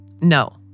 No